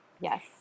yes